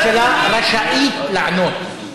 הממשלה רשאית לענות.